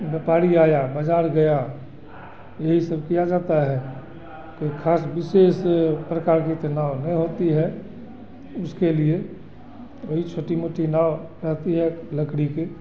व्यापारी आया बज़ार गया यही सब किया जाता है कोई खास विशेष प्रकार की तो नाव नहीं होती है उसके लिए वही छोटी मोटी नाव रहती है लकड़ी की